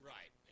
Right